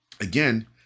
Again